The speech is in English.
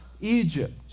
Egypt